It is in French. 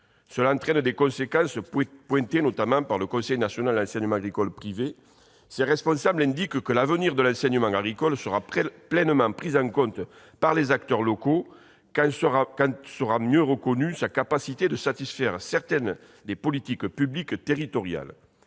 Cela entraîne des conséquences, relevées notamment par le Conseil national de l'enseignement agricole privé. Ses responsables indiquent :« L'avenir de l'enseignement agricole sera pleinement pris en compte par les acteurs locaux quand sera mieux reconnue sa capacité de satisfaire certaines des politiques publiques territoriales.